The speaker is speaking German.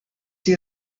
die